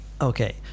okay